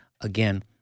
again